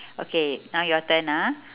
okay now your turn ah